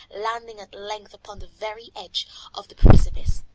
landing at length upon the very edge of the precipice.